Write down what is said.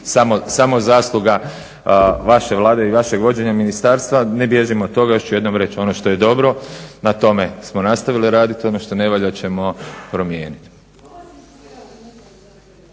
samo zasluga već vaše Vlade i vašeg vođenja ministarstva. Ne bježimo od toga, još ću jednom reć, ono što je dobro na tome smo nastavili radit, ono što ne valja ćemo promijeniti.